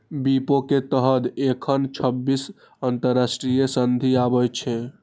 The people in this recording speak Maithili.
विपो के तहत एखन छब्बीस अंतरराष्ट्रीय संधि आबै छै